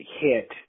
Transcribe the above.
hit